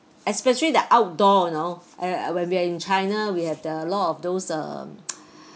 especially the outdoor you know I when we are in China we have a lot of those um